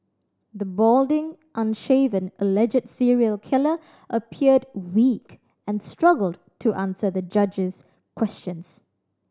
the balding unshaven alleged serial killer appeared weak and struggled to answer the judge's questions